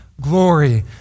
glory